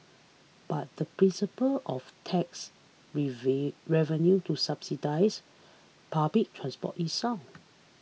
but the principle of tax revenue to subsidise public transport is sound